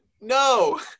no